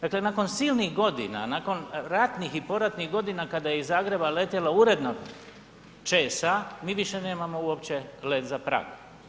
Dakle nakon silnih godina, nakon ratnih i poratnih godina kada je iz Zagreba letjelo uredno ... mi više nemamo uopće let za Prag.